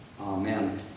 Amen